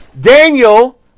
Daniel